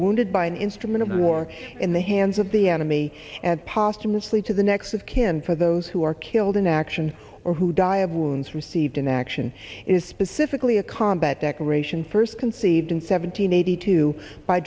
wounded by an instrument of war in the hands of the enemy and posthumously to the next of kin for those who are killed in action or who die of wounds received in action is specifically a combat declaration first conceived in seven hundred eighty two by